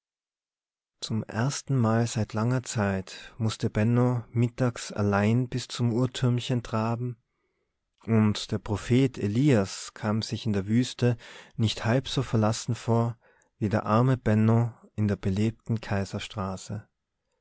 zum erstenmal seit langer zeit mußte benno mittags allein bis zum uhrtürmchen traben und der prophet elias kam sich in der wüste nicht halb so verlassen vor wie der arme benno in der belebten